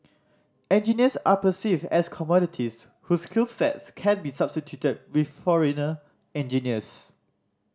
engineers are perceived as commodities whose skills sets can be substituted with foreigner engineers